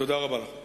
תודה רבה.